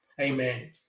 Amen